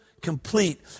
complete